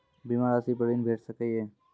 बीमा रासि पर ॠण भेट सकै ये?